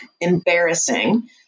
embarrassing